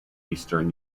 eastern